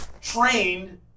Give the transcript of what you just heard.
trained